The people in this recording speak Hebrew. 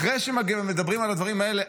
אחרי שמגיעים ומדברים על הדברים האלה,